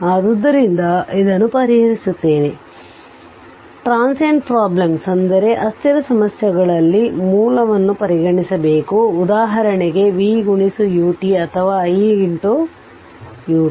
ಆದ್ದರಿಂದ ಇದನ್ನು ಪರಿಹರಿಸುತ್ತೇನೆ ಅಸ್ಥಿರ ಸಮಸ್ಯೆಗಳಲ್ಲಿ DC ಮೂಲವನ್ನು ಪರಿಗಣಿಬೇಕು ಉದಾಹರಣೆಗೆ v ut ಅಥವಾ i ut